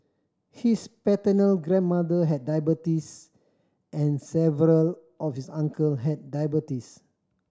his paternal grandmother had diabetes and several of his uncle had diabetes